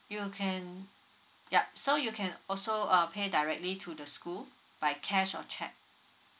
you can yup so you can also uh pay directly to the school by cash or cheque